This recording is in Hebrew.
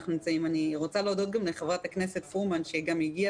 אני רוצה להודות לחברת הכנסת פרומן שציינה